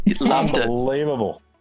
Unbelievable